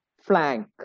flank